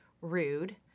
rude